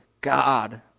God